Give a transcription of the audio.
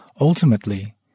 Ultimately